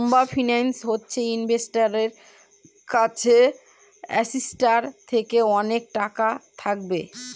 লম্বা ফিন্যান্স হচ্ছে ইনভেস্টারের কাছে অ্যাসেটটার থেকে অনেক টাকা থাকবে